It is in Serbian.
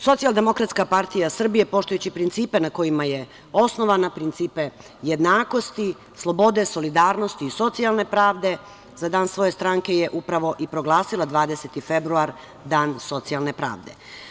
Socijaldemokratska partija Srbije, poštujući principe na kojima je osnovana, principe jednakosti, slobode, solidarnosti i socijalne pravde, za dan svoje stranke je upravo i proglasila 20. februar, Dan socijalne pravde.